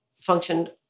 functioned